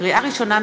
לקריאה ראשונה,